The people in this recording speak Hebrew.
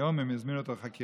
היום הם הזמינו אותו לחקירה,